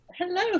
Hello